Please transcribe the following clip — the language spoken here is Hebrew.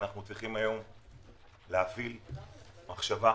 שאנחנו צריכים להפעיל מחשבה,